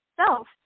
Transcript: self